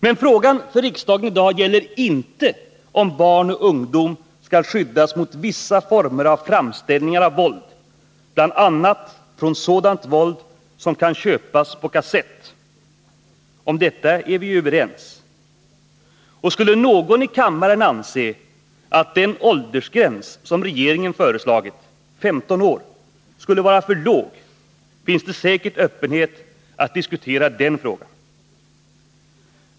Men frågan för riksdagen i dag gäller inte om barn och ungdom skall skyddas mot vissa former av framställningar av våld — bl.a. från sådant våld som kan köpas på kassett. Om detta är vi ju överens. Och skulle någon i kammaren anse att den åldersgräns som regeringen föreslagit, 15 år, skulle vara för låg, finns det säkert öppenhet att diskutera den frågan.